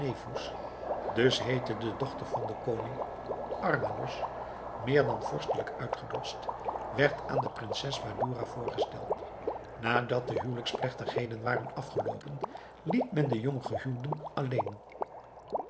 de dochter van den koning armanos meer dan vorstelijk uitgedost werd aan de prinses badoura voorgesteld nadat de huwelijksplegtigheden waren afgeloopen liet men de jonggehuwden alleen